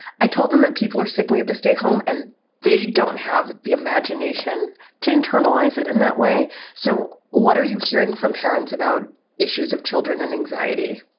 i told them that people are sick. we have to stay home. and they don't have the imagination to internalize it in that way so what are you hearing from parents about issues of children and anxiety?